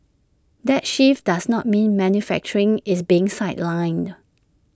that shift does not mean manufacturing is being sidelined